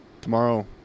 tomorrow